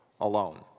alone